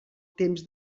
temps